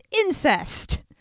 incest